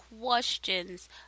questions